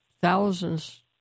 thousands